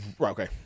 Okay